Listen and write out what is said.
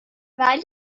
ولی